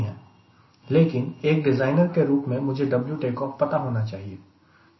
लेकिन एक डिज़ाइनर के रूप में मुझे W टेकऑफ पता होना चाहिए